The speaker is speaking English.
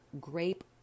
grape